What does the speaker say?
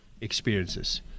experiences